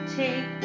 take